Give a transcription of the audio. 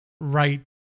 right